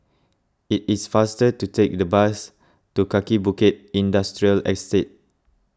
it is faster to take the bus to Kaki Bukit Industrial Estate